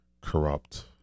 corrupt